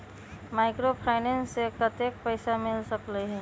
Microfinance से कतेक पैसा मिल सकले ला?